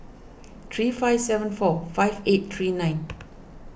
three five seven four five eight three nine